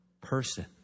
person